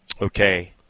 Okay